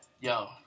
Yo